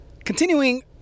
Continuing